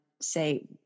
say